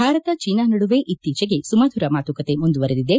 ಭಾರತ ಚೀನಾ ನಡುವೆ ಇತ್ತೀಚೆಗೆ ಸುಮಧುರ ಮಾತುಕತೆ ಮುಂದುವರೆದಿದೆ